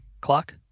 clock